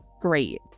great